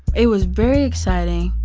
it was very exciting,